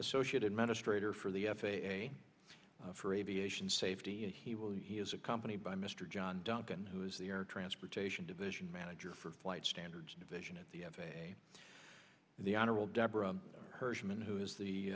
associate administrator for the f a a for aviation safety and he will he is accompanied by mr john duncan who is the air transportation division manager for flight standards division at the f a a and the honorable deborah hersman who is the